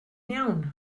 iawn